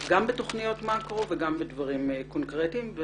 גם בתוכניות מקרו וגם בדברים קונקרטיים.